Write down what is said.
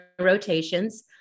rotations